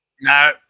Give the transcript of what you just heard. No